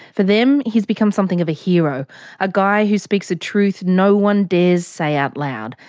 for them, he's become something of a hero a guy who speaks a truth no one dares say out loud,